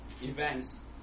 events